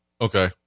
Okay